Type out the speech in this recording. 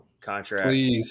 contract